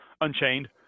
unchained